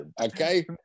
okay